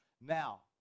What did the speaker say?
Now